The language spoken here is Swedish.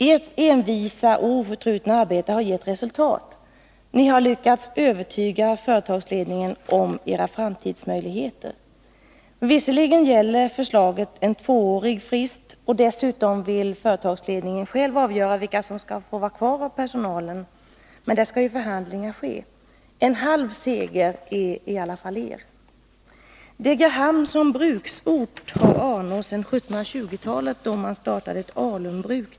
Ert envisa och oförtrutna arbete har gett resultat. Ni har lyckats övertyga företagsledningen om era framtidsmöjligheter. Visserligen gäller förslaget en tvåårig frist, och dessutom vill företagsledningen själv avgöra vilka som skall få vara kvar av personalen, men där skall förhandlingar ske. En halv seger är i alla fall er. Degerhamn som bruksort har anor sedan 1720-talet, då man startade ett alunbruk.